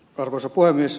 arvoisa puhemies